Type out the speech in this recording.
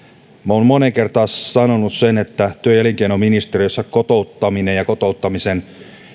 olen moneen kertaan sanonut sen että työ ja elinkeinoministeriössä kotouttaminen ja kotouttamiseen